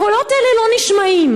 הקולות האלה לא נשמעים,